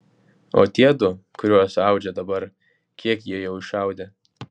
o tie du kuriuos audžia dabar kiek jie jau išaudė